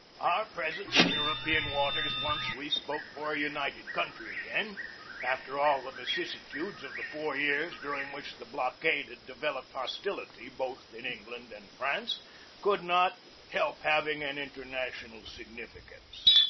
our presence in european waters once we spoke for a united country again after all the vicissitudes of the four years during which the blockade had devel oped hostility both in england and france could not help having an international significance.